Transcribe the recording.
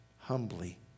humbly